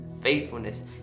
faithfulness